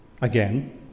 again